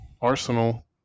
Arsenal